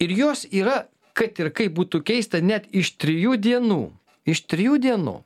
ir jos yra kad ir kaip būtų keista net iš trijų dienų iš trijų dienų